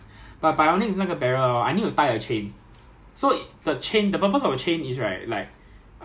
I will not turn left or right too much because if I turn right or left ninety degrees right those are my allies and if I shoot right they will die